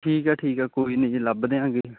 ਠੀਕ ਹੈ ਠੀਕ ਹੈ ਕੋਈ ਨੀ ਜੀ ਲੱਭ ਦਿਆਂਗੇ